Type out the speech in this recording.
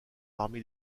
parmi